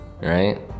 right